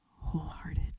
wholehearted